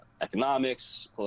economics